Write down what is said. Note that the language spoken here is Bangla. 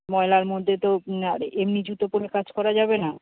ময়লার মধ্যে তো আর এমনি জুতো পরে কাজ করা যাবে না